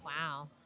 Wow